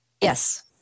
Yes